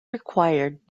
required